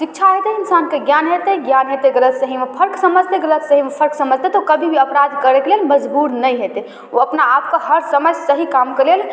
शिक्षा हेतै इन्सानके ज्ञान हेतै ज्ञान हेतै गलत सहीमे फर्क समझतै गलत सहीमे फर्क समझतै तऽ ओ कभी भी अपराध करैके लेल मजबूर नहि हेतै ओ अपना आपके हर समय सही कामके लेल